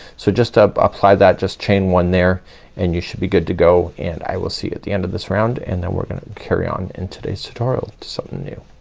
so just up apply that just chain one there and you should be good to go and i will see at the end of this round and then we're gonna carry on in today's tutorial to something new.